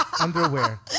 Underwear